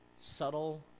subtle